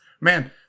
Man